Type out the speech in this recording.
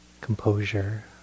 composure